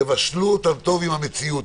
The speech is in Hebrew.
תבשלו אותם טוב עם המציאות.